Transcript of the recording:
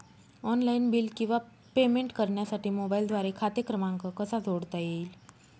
Online bill किंवा payment करण्यासाठी मोबाईलद्वारे खाते क्रमांक कसा जोडता येईल?